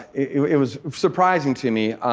it was surprising to me.